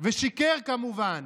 ושיקר, כמובן.